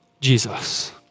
Jesus